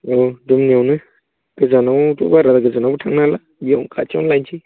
औ दङआवनो गोजानावथ' बारा गोजानावबो थांनो हाला बेयावनो खाथियाव लायसै